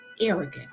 arrogant